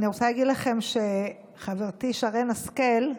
אני רוצה להגיד לכם שחברתי שרן השכל,